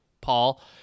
Paul